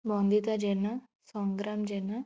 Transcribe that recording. Bandita Jena Sangram Jena